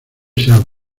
sean